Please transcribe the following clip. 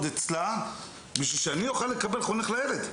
אצלה בשביל שאני אוכל לקבל חונך לילד.